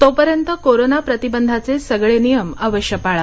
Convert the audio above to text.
तोपर्यंत कोरोना प्रतिबंधाचे सगळे नियम अवश्य पाळा